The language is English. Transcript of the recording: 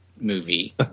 movie